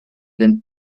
then